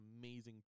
amazing